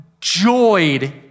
joyed